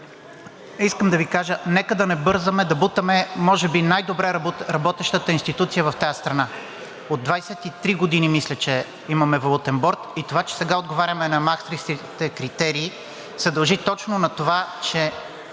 Искам да Ви кажа – нека да не бързаме да бутаме може би най-добре работещата институция в тази страна. От 23 години мисля, че имаме Валутен борд и това, че сега отговаряме на Маастрихтските критерии, се дължи точно на това, че